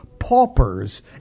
paupers